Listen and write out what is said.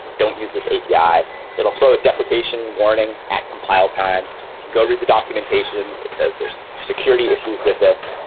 don't use this api. it will throw a deprecation warning at compile time. can go read the documentation, it says there's security issues with this,